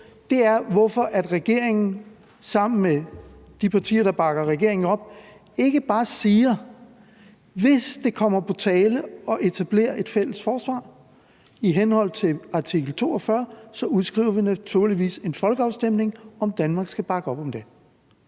– er, hvorfor regeringen sammen med de partier, der bakker regeringen op, ikke bare siger, at man, hvis det kommer på tale at etablere et fælles forsvar i henhold til artikel 42, naturligvis udskriver folkeafstemning om, om Danmark skal bakke op om det.